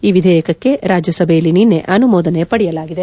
ಈ ವಿಧೇಯಕಕ್ಕೆ ರಾಜ್ಯಸಭೆಯಲ್ಲಿ ನಿನ್ನೆ ಅನುಮೋದನೆ ಪಡೆಯಲಾಗಿದೆ